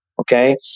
Okay